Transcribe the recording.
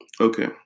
Okay